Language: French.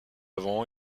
avant